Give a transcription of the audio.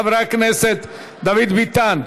חבר הכנסת דוד ביטן,